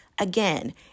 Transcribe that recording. Again